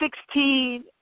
sixteen